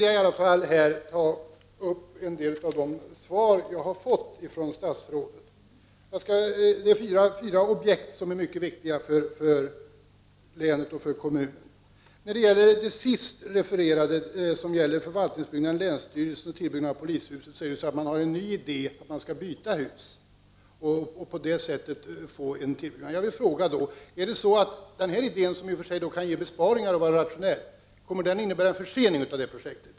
Jag vill ta upp en del av det svar som jag har fått av statsrådet. Det är fyra objekt som är mycket viktiga för länet och för kommunen. När det gäller det sist refererade, förvaltningsbyggnad för länsstyrelsen och tillbyggnad av polishuset, så har man en ny idé. Man skall byta hus och på det sättet få en tillbyggnad. Jag vill fråga: Denna idé, som i och för sig kan ge besparingar och vara rationell, kommer den att innebära förseningar av detta projekt?